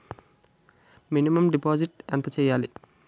Minimum deposit ఎంత చెయ్యాలి?